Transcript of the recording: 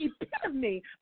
epitome